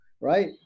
right